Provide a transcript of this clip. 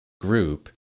group